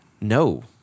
No